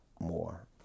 more